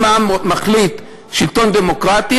אם העם מחליט על שלטון דמוקרטי,